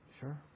Sure